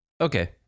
Okay